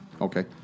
Okay